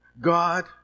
God